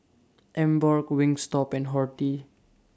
Emborg Wingstop and Horti